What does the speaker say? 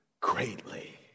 Greatly